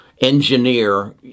engineer